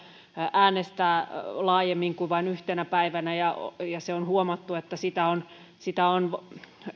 äänestää laajemmin kuin vain yhtenä päivänä ja ja on huomattu että sitä on sitä on myös